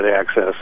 access